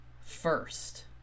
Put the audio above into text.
first